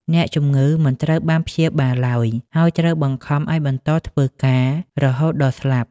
អ្នកជំងឺមិនត្រូវបានព្យាបាលឡើយ ហើយត្រូវបង្ខំឱ្យបន្តធ្វើការរហូតដល់ស្លាប់។